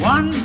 One